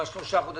עם שלושת החודשים.